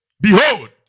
Behold